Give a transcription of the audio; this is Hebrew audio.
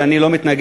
אני לא מתנגד,